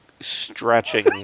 stretching